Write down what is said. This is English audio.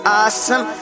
awesome